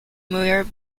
muir